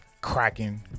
cracking